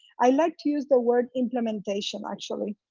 i like to use the word implementation, actually.